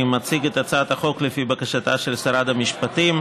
אני מציג את הצעת החוק לפי בקשתה של שרת המשפטים.